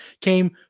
came